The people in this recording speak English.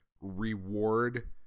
reward